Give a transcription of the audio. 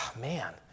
man